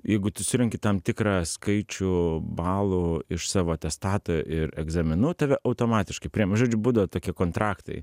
jeigu tu surenki tam tikrą skaičių balų iš savo atestato ir egzaminų tave automatiškai priima žodžiu būdavo tokie kontraktai